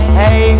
hey